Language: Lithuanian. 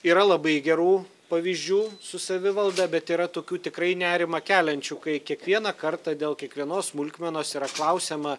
yra labai gerų pavyzdžių su savivalda bet yra tokių tikrai nerimą keliančių kai kiekvieną kartą dėl kiekvienos smulkmenos yra klausiama